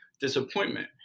disappointment